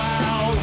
Wow